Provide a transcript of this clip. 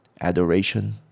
Adoration